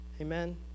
Amen